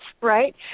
right